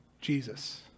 Jesus